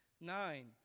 nine